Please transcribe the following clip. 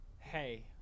hey